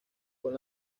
con